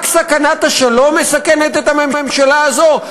רק סכנת השלום מסכנת את הממשלה הזאת?